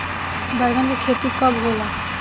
बैंगन के खेती कब होला?